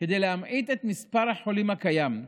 את מספר החולים הקיים,